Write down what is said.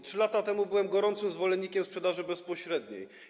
3 lata temu byłem gorącym zwolennikiem sprzedaży bezpośredniej.